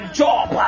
job